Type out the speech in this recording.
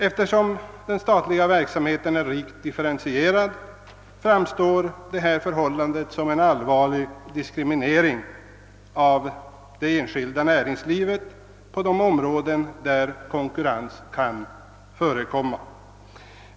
Eftersom den statliga verksamheten är rikt differentierad framstår detta förhållande som en allvarlig diskriminering av det enskilda näringslivet på områden där konkurrens kan förekomma.